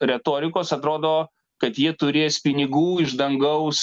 retorikos atrodo kad jie turės pinigų iš dangaus